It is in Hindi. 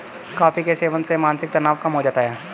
कॉफी के सेवन से मानसिक तनाव कम हो जाता है